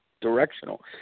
directional